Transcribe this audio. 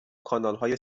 کانالهای